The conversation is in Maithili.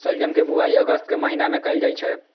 शलजम के बुआइ अगस्त के महीना मे कैल जाइ छै